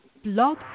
blog